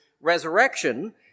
resurrection